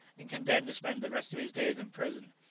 and condemned to spend the rest of his days in prison.